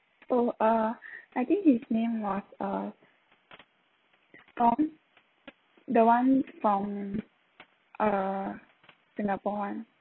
oh uh I think his name was uh tom the one from uh singapore one